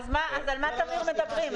אז על מה תמיר מדברים?